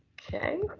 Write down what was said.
okay